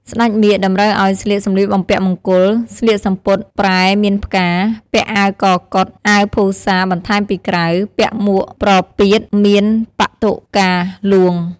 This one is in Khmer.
ស្ដេចមាឃ តម្រូវឱ្យស្លៀកសម្លៀកបំពាក់មង្គល ស្លៀកសំពត់ព្រែមានផ្កា ពាក់អាវកកុដ អាវភូសាបន្ថែមពីក្រៅ ពាក់មួកប្រពាត មានបាតុកាហ្លួង។